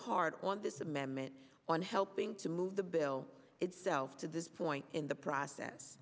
hard on this amendment on helping to move the bill itself to this point in the